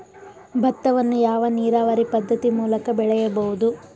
ಭತ್ತವನ್ನು ಯಾವ ನೀರಾವರಿ ಪದ್ಧತಿ ಮೂಲಕ ಬೆಳೆಯಬಹುದು?